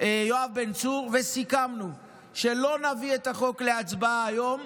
יואב בן צור וסיכמנו שלא נביא את החוק להצבעה היום.